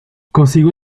consiguió